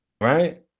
right